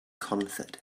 concert